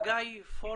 חגי פורגס.